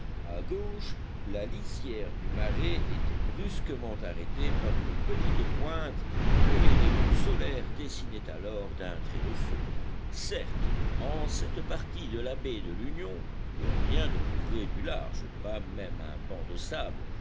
à gauche la lisière du marais était brusquement arrêtée par une petite pointe que les rayons solaires dessinaient alors d'un trait de feu certes en cette partie de la baie de l'union que rien ne couvrait du large pas même un banc de sable